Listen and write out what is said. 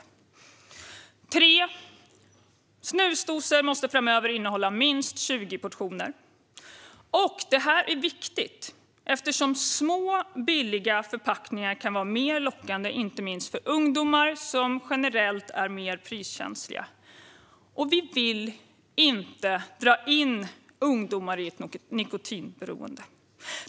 För det tredje: Snusdosor måste innehålla minst 20 portioner. Detta är viktigt eftersom små, billiga förpackningar kan vara mer lockande för inte minst ungdomar, som generellt är mer priskänsliga. Vi vill ju inte dra in ungdomar i ett nikotinberoende.